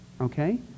okay